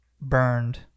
burned